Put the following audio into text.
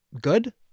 good